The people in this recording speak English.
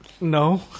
no